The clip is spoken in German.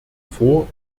vor